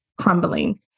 crumbling